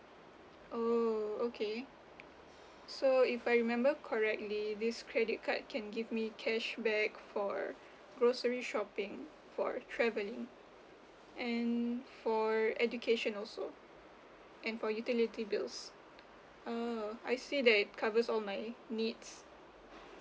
oh okay so if I remember correctly this credit card can give me cashback for grocery shopping for traveling and for education also and for utility bills oh I see that it covers all my needs